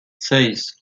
seis